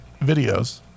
videos